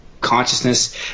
consciousness